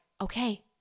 okay